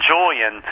Julian